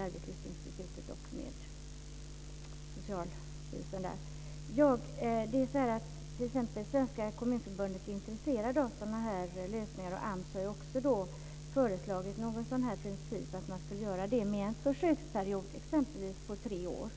Arbetslivsinstitutet och Socialstyrelsen. Det är jag väldigt glad för. Svenska Kommunförbundet är intresserade av sådana här lösningar, och AMS har också föreslagit att man skulle göra detta under en försöksperiod på t.ex. tre år.